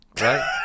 right